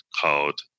called